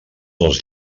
els